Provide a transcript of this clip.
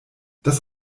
das